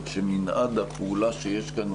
כך שמנעד הפעולה שיש כאן,